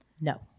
no